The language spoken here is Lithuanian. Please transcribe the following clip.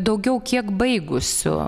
daugiau kiek baigusių